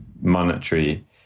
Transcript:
monetary